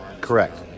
Correct